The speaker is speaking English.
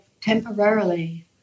temporarily